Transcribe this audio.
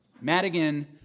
Madigan